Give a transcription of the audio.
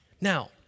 Now